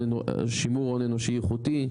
שימור הון אנושי איכותי.